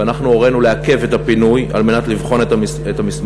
ואנחנו הורינו לעכב את הפינוי כדי לבחון את המסמכים.